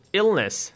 illness